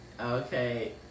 Okay